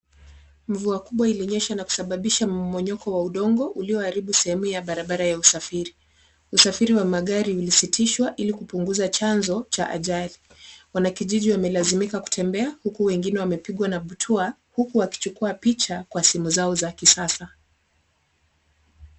Mvua kubwa ilinyesha na kusababisha mmomonyoko wa udongo ulioharibu sehemu ya barabara ya usafiri. Usafiri wa magari ulisitishwa ili kupunguza chanzo cha ajali. Wanakijiji wamelazimika kutembea huku wengine wamepigwa na butwaa huku wakichukua picha kwa simu zao za kisasa.